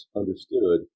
understood